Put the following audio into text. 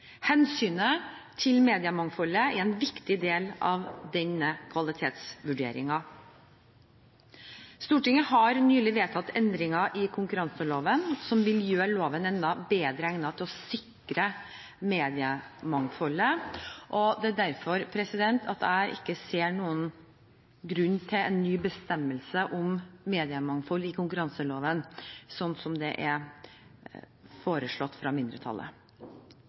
Hensynet til mediemangfoldet er en viktig del av denne kvalitetsvurderingen. Stortinget har nylig vedtatt endringer i konkurranseloven som vil gjøre loven enda bedre egnet til å sikre mediemangfoldet. Det er derfor jeg ikke ser noen grunn til en ny bestemmelse om mediemangfold i konkurranseloven sånn som det er foreslått fra mindretallet.